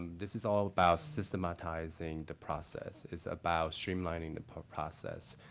this is all about systematizing the process. it's about streamlining the process.